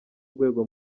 rwego